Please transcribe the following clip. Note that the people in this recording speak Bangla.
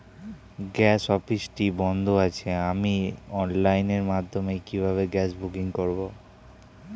গ্যাস অফিসটি বন্ধ আছে আমি অনলাইনের মাধ্যমে কিভাবে গ্যাস বুকিং করব?